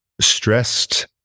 stressed